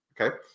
okay